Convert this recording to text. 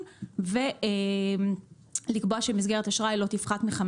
שהוא המניע של משק